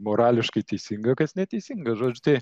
morališkai teisinga kas neteisinga žodžiu tai